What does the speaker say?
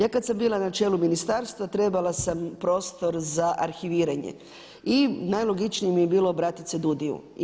Ja kad sam bila na čelu ministarstva trebala sam prostor za arhiviranje i najlogičnije mi je bilo obratit se DUUDI-ju.